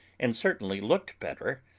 and certainly looked better.